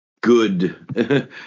good